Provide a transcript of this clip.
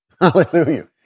Hallelujah